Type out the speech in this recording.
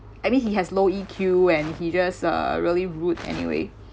I mean he has low E_Q and he just uh really rude anyway